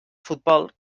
futbol